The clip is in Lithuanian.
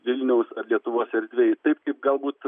vilniaus ar lietuvos erdvėj taip galbūt